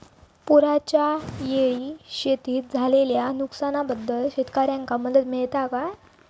पुराच्यायेळी शेतीत झालेल्या नुकसनाबद्दल शेतकऱ्यांका मदत मिळता काय?